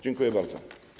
Dziękuję bardzo.